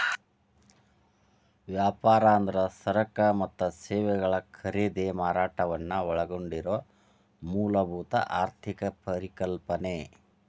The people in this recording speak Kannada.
ವ್ಯಾಪಾರ ಅಂದ್ರ ಸರಕ ಮತ್ತ ಸೇವೆಗಳ ಖರೇದಿ ಮಾರಾಟವನ್ನ ಒಳಗೊಂಡಿರೊ ಮೂಲಭೂತ ಆರ್ಥಿಕ ಪರಿಕಲ್ಪನೆ